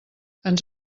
ens